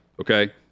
okay